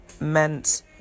meant